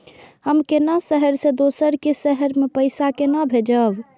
हम केना शहर से दोसर के शहर मैं पैसा केना भेजव?